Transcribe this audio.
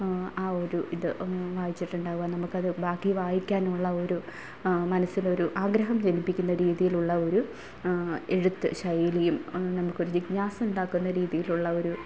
ആ ഒരു ഇത് വായിച്ചിട്ടുണ്ടാവുക നമുക്ക് അത് ബാക്കി വായിക്കാനുള്ള ഒരു മനസ്സിന് ഒരു ആഗ്രഹം ജനിപ്പിക്കുന്ന രീതിയിലുള്ള ഒരു എഴുത്ത് ശൈലിയും അത് നമുക്കൊരു ജിജ്ഞാസ ഉണ്ടാക്കുന്ന രീതിയിലുള്ള ഒരു